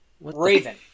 Raven